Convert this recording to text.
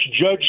Judge